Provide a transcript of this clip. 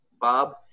Bob